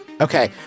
okay